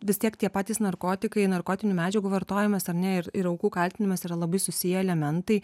vistiek tie patys narkotikai narkotinių medžiagų vartojimas ar ne ir aukų kaltinimas yra labai susiję elementai